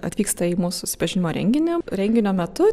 atvyksta į mūsų susipažinimo renginį renginio metu